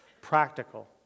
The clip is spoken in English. practical